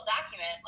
document